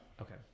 Okay